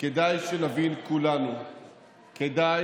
אך מכובדיי,